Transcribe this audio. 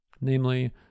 namely